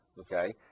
okay